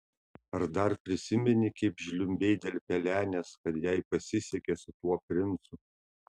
ar dar prisimeni kaip žliumbei dėl pelenės kad jai pasisekė su tuo princu